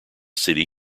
city